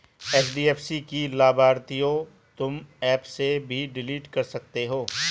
HDFC की लाभार्थियों तुम एप से भी डिलीट कर सकते हो